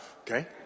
okay